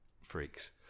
freaks